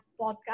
podcast